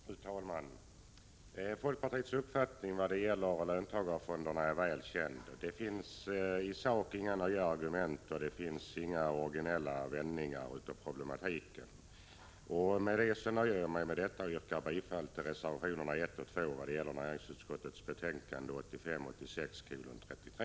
Fru talman! Folkpartiets uppfattning om löntagarfonderna är väl känd. I sak finns det inga nya argument och inte heller några originella vändningar beträffande problematiken. Med detta låter jag mig nöja. Jag yrkar bifall till reservationerna 1 och 2 i näringsutskottets betänkande 1985/86:33.